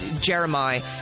Jeremiah